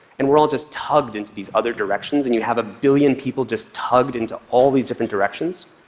and we're all just tugged into these other directions. and you have a billion people just tugged into all these different directions.